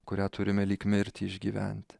kurią turime lyg mirtį išgyvent